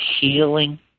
healing